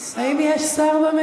אין שר.